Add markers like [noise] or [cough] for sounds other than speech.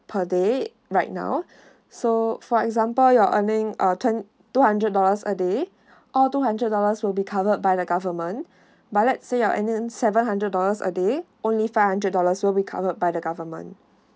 per day right now [breath] so for example you're earning uh twen~ two hundred dollars a day [breath] or two hundred dollars will be covered by the government [breath] but let's say uh and then seven hundred dollars a day only five hundred dollars will be covered by the government